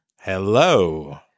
Hello